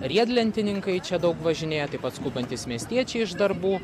riedlentininkai čia daug važinėja taip pat skubantys miestiečiai iš darbų